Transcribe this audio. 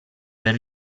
per